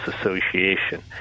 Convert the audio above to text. association